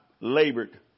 labored